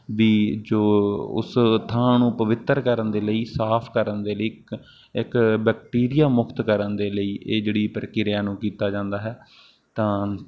ਵੀ ਜੋ ਉਸ ਥਾਂ ਨੂੰ ਪਵਿੱਤਰ ਕਰਨ ਦੇ ਲਈ ਸਾਫ਼ ਕਰਨ ਦੇ ਲਈ ਇੱਕ ਇੱਕ ਬੈਕਟੀਰੀਆ ਮੁਕਤ ਕਰਨ ਦੇ ਲਈ ਇਹ ਜਿਹੜੀ ਪ੍ਰਕਿਰਿਆ ਨੂੰ ਕੀਤਾ ਜਾਂਦਾ ਹੈ ਤਾਂ